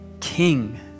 king